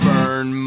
Burn